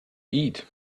eat